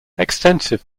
extensive